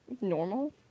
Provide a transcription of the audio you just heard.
normal